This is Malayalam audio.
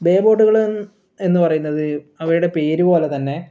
ബേ ബോട്ടുകൾ എന്ന് പറയുന്നത് അവയുടെ പേരുപോലെ തന്നെ